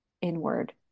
inward